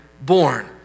born